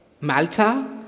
Malta